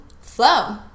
flow